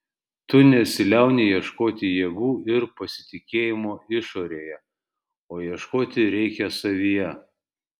tu nesiliauni ieškoti jėgų ir pasitikėjimo išorėje o ieškoti reikia savyje